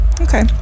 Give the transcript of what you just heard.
Okay